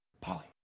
Polly